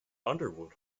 underwood